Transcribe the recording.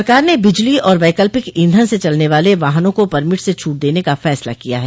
सरकार ने बिजली और वैकल्पिक ईधन से चलने वाले वाहनों को परमिट से छूट देने का फैसला किया है